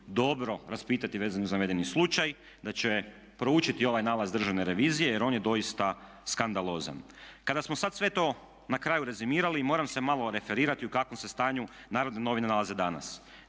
dobro raspitati vezano za navedeni slučaj, da će proučiti ovaj nalaz državne revizije jer on je doista skandalozan. Kada smo sada sve to na kraju rezimirali, moram se malo referirati u kakvom se stanju Narodne novine nalaze danas.